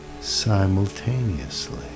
simultaneously